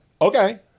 okay